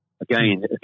Again